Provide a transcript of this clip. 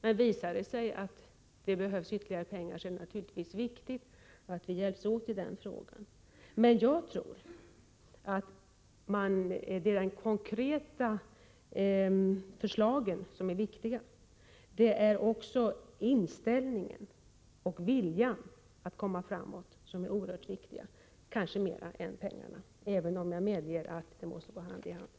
Men om det visar sig att det behövs ytterligare pengar, är det naturligtvis viktigt att vi hjälps åt i den frågan. Men jag tror att det är de konkreta förslagen som är viktiga. Även viljan att komma framåt är oerhört viktig — kanske viktigare än pengarna, även om jag medger att detta måste gå hand i hand.